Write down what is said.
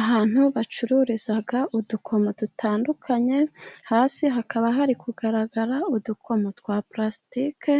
Ahantu bacururiza udukomo dutandukanye, hasi hakaba hari kugaragara udukomo twa purasitike,